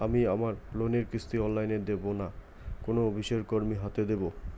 আমি আমার লোনের কিস্তি অনলাইন দেবো না কোনো অফিসের কর্মীর হাতে দেবো?